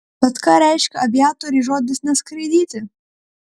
bet ką reiškia aviatoriui žodis neskraidyti